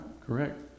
correct